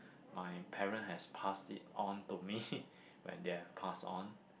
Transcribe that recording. my parent has passed it on to me when they have passed on